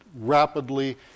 rapidly